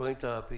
רואים את הפיתוח,